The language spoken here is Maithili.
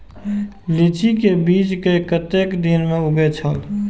लीची के बीज कै कतेक दिन में उगे छल?